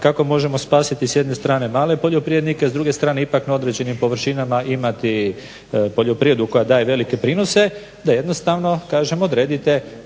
kako možemo spasiti s jedne strane male poljoprivrednike, s druge strane ipak na određenim površinama imati poljoprivredu koja daje velike prinose, da jednostavno kažemo odredite